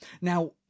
Now